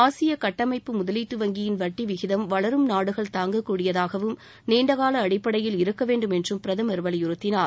ஆசிய கட்டமைப்பு முதலீட்டு வங்கியின் வட்டி விகிதம் வளரும் நாடுகள் தாங்கக் கூடியதாகவும் நீண்டகால அடிப்படையில் இருக்க வேண்டும் என்றும் பிரதமர் வலியுறுத்தினார்